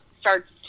starts